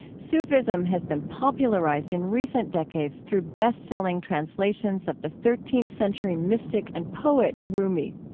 sufism has been popularized in recent decades through best-selling translations of the thirteenth century mystic and poet rumi.